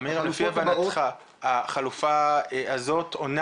עמירם לפי הבנתך האוכלוסייה הזאת עונה